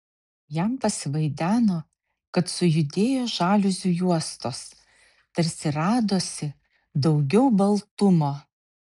jam pasivaideno kad sujudėjo žaliuzių juostos tarsi radosi daugiau baltumo